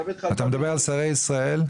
אתה מדבר על שרי ישראל?